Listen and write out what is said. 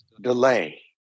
delay